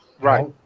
Right